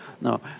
No